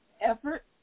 effort